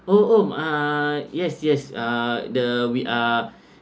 oh oh uh yes yes uh the we are